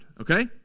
Okay